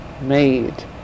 made